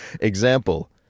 Example